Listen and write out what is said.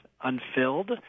unfilled